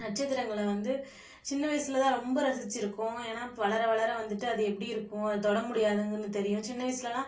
நட்சத்திரங்களை வந்து சின்ன வயசில் தான் ரொம்ப ரசிச்சிருக்கோம் ஏன்னா வளர வளர வந்துட்டு அது எப்படி இருக்கும் அதை தொட முடியாதுங்குன்னு தெரியும் சின்ன வயசுலலாம்